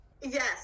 Yes